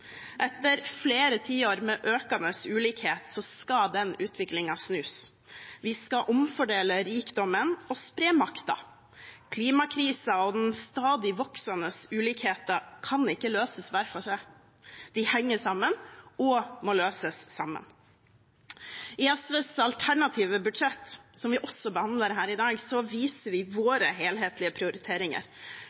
Etter flere tiår med økende ulikhet skal den utviklingen snus. Vi skal omfordele rikdommen og spre makten. Klimakrisen og den stadig voksende ulikheten kan ikke løses hver for seg: De henger sammen og må løses sammen. I SVs alternative budsjett, som vi også behandler her i dag, viser vi våre helhetlige prioriteringer: